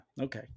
Okay